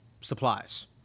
supplies